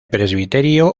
presbiterio